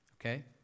Okay